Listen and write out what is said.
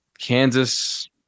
Kansas